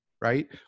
right